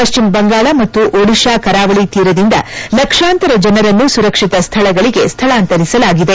ಪಶ್ಚಿಮ ಬಂಗಾಳ ಮತ್ತು ಒಡಿಶಾ ಕರಾವಳಿ ತೀರದಿಂದ ಲಕ್ಷಾಂತರ ಜನರನ್ನು ಸುರಕ್ಷಿತ ಸ್ಥಳಗಳಿಗೆ ಸ್ಥಳಾಂತರಿಸಲಾಗಿದೆ